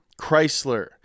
Chrysler